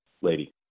lady